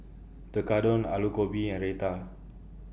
Tekkadon Alu Gobi and Raita